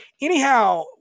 anyhow